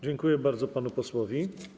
Dziękuję bardzo panu posłowi.